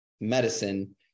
medicine